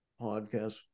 podcast